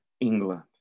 England